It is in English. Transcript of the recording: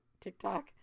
TikTok